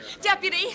Deputy